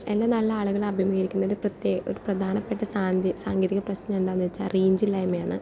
എന്നെ നല്ല ആളുകൾ അഭിമുഖീകരിക്കുന്ന ഒരു പ്രത്യേ ഒരു പ്രധാനപ്പെട്ട സാൻ സാങ്കേതിക പ്രശ്നം എന്താണെന്ന് വെച്ചാൽ റേഞ്ച് ഇല്ലായ്മയാണ്